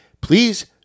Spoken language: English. please